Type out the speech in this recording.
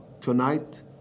tonight